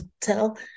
tell